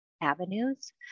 avenues